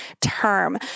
term